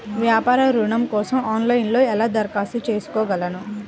వ్యాపార ఋణం కోసం ఆన్లైన్లో ఎలా దరఖాస్తు చేసుకోగలను?